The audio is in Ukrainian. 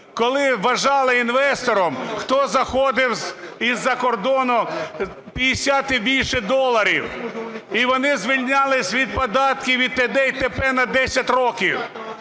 коли вважали інвестором, хто заходив із-за кордону, – 50 і більше доларів, і вони звільнялись від податків і так далі і